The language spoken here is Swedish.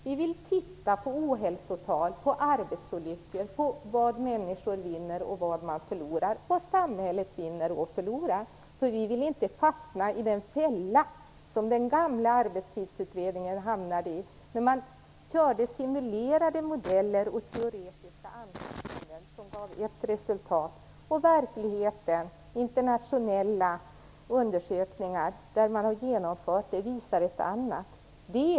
Vi vill titta på ohälsotal, arbetsolyckor, på vad människor vinner och förlorar, vad samhället vinner och förlorar. Vi vill inte fastna i den fälla som den gamla arbetstidsutredningen hamnade i, där man körde med simulerade modeller och teoretiska antaganden som gav ett resultat, medan verkligheten i internationella undersökningar på ställen där man genomfört detta visade ett annat resultat.